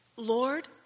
Lord